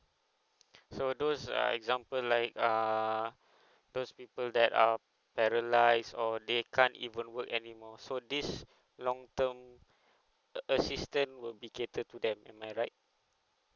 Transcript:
so those are example like err those people that are paralyzed or they can't even work anymore so this long term assistant will be catered to them am I right